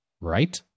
right